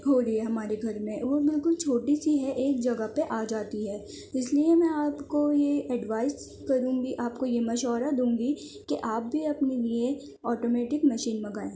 ہو لیے ہمارے گھر میں وہ بالکل چھوٹی سی ہے ایک جگہ پہ آجاتی ہے اس لیے میں آپ کو یہ ایڈوائز کروں گی آپ کو یہ مشورہ دوں گی کہ آپ بھی اپنے لیے آٹومیٹک مشین منگائیں